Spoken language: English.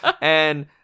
And-